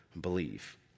believe